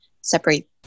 separate